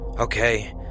Okay